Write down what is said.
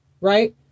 Right